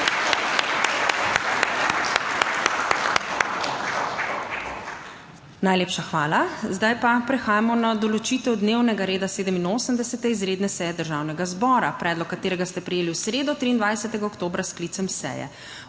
Najlepša hvala. Prehajamo na določitev dnevnega reda 87. izredne seje Državnega zbora. Predlog katerega ste prejeli v sredo 23. oktobra s sklicem seje.